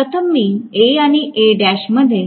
प्रथम मी A आणि Al मध्ये